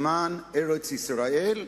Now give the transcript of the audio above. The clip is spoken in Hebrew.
למען ארץ-ישראל,